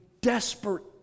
desperate